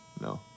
No